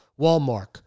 Walmart